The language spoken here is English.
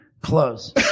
close